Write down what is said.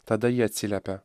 tada jie atsiliepia